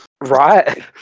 Right